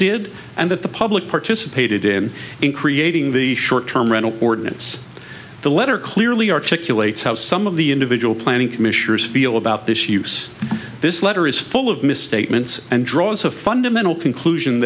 did and that the public participated in in creating the short term rental ordinance the letter clearly articulate how some of the individual planning commissioners feel about this use this letter is full of misstatements and draws a fundamental conclusion